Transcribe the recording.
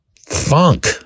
funk